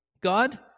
God